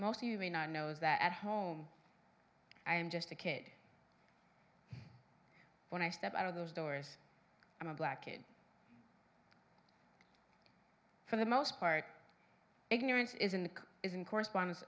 most you may not knows that at home i am just a kid when i step out of those doors i'm a black kid for the most part ignorance is in the is in correspondence